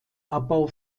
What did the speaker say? abbau